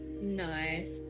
Nice